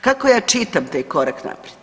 Kako ja čitam taj korak naprijed?